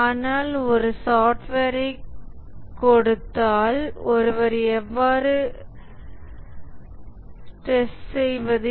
ஆனால் ஒரு சாப்ட்வேரைக் கொடுத்தால் ஒருவர் எவ்வாறு டெஸ்ட் செய்வது